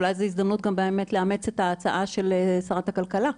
אולי זאת הזדמנות גם באמת לאמץ את ההצעה של שרת הכלכלה,